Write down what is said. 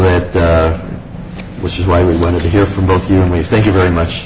that which is why we wanted to hear from both you and we thank you very much